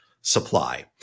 supply